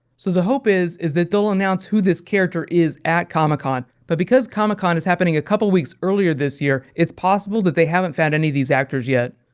so, the hope is is that they'll announce who this character is at comic-con but because comic-con is happening a couple of weeks earlier this year, it's possible that they haven't found any of these actors yet.